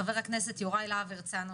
חה"כ יוראי להב הרצנו,